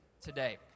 today